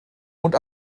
und